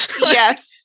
Yes